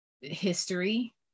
history